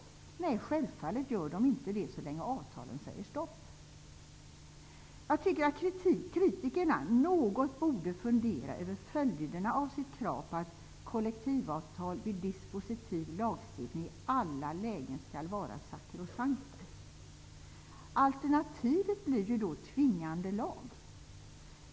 Nej, självfallet gör den inte det så länge avtalen säger stopp. Jag tycker att kritikerna något borde fundera över följderna av sitt krav på att kollektivavtal vid dispositiv lagstiftning i alla lägen skall vara sakrosankta. Alternativet blir då tvingande lag.